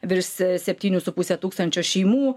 virs septynių su puse tūkstančio šeimų